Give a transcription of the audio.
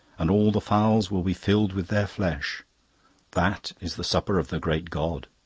and all the fowls will be filled with their flesh that is the supper of the great god.